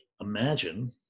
imagine